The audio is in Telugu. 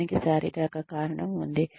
దానికి శారీరక కారణం ఉంది